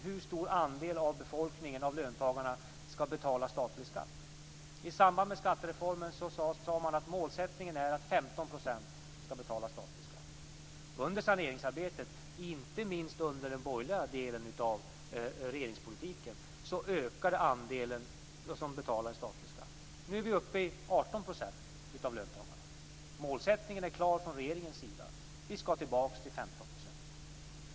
Hur stor andel av befolkningen - av löntagarna - skall betala statlig skatt? I samband med skattereformen sade man att målsättningen är att 15 % skall betala statlig skatt. Under saneringsarbetet - inte minst med den borgerliga regeringspolitiken - ökade andelen som betalar statlig skatt. Nu är vi uppe i 18 % av löntagarna. Målsättningen är klar från regeringens sida: Vi skall tillbaka till 15 %.